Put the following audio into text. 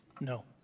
no